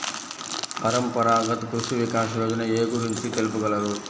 పరంపరాగత్ కృషి వికాస్ యోజన ఏ గురించి తెలుపగలరు?